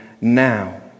now